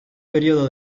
período